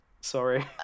Sorry